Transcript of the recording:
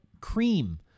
cream